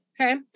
Okay